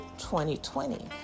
2020